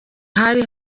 hari